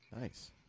Nice